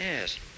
Yes